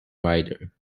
ryder